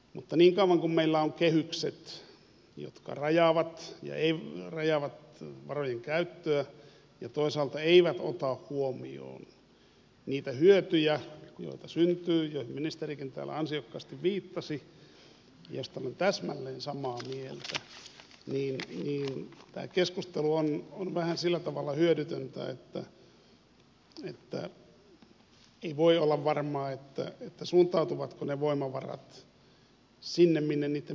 mutta niin kauan kuin meillä on kehykset jotka rajaavat varojen käyttöä ja toisaalta eivät ota huomioon niitä hyötyjä joita syntyy joihin ministerikin täällä ansiokkaasti viittasi joista olen täsmälleen samaa mieltä niin tämä keskustelu on vähän sillä tavalla hyödytöntä että ei voi olla varmaa suuntautuvatko ne voimavarat sinne minne niitten pitäisi suuntautua